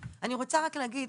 אני רוצה רק להגיד,